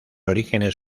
orígenes